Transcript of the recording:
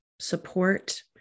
support